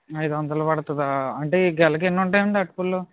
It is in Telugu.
ఐదు వందలు పడతదా అంటే గెలకి ఎన్ని ఉంటాయండి అరటి పళ్ళు